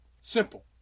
Simple